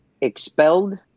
expelled